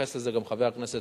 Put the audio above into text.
התייחס לזה גם חבר הכנסת